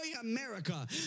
America